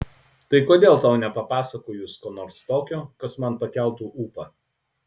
tai kodėl tau nepapasakojus ko nors tokio kas man pakeltų ūpą